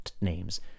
names